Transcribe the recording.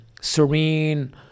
serene